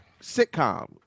sitcom